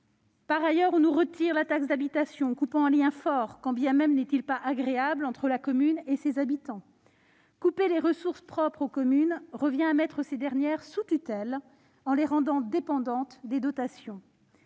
Par ailleurs, on nous retire la taxe d'habitation, coupant ainsi un lien fort- quand bien même n'est-il pas agréable -entre la commune et ses habitants. Tailler dans les ressources propres des communes revient à mettre ces dernières sous tutelle, car on les rend ainsi dépendantes des dotations.